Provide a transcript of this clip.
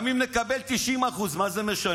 גם אם נקבל 90%, מה זה משנה?